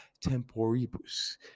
temporibus